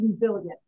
resilient